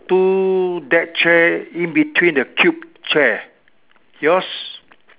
two deck chair in between the cube chair yours